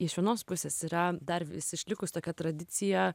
iš vienos pusės yra dar vis išlikus tokia tradicija